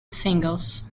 singles